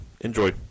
Enjoy